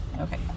okay